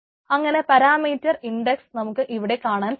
അങ്ങനെ parameter index നമുക്ക് ഇവിടെ കാണാൻ സാധിക്കും